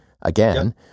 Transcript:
again